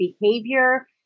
behavior